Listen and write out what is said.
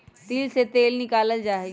तिल से तेल निकाल्ल जाहई